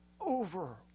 over